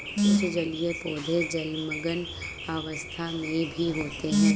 कुछ जलीय पौधे जलमग्न अवस्था में भी होते हैं